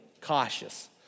cautious